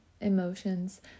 emotions